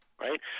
right